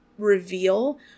reveal